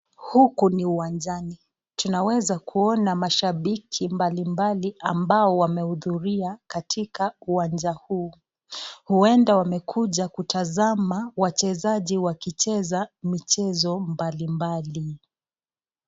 Huku ni uwanjani. Tunaweza kuona mashabiki mbalimbali ambao wameudhuria katika uwanja huu. Huenda wamekuja kutazama wachezaji wakicheza michezo mbalimbali.